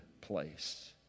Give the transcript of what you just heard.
place